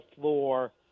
floor